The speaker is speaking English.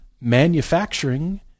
manufacturing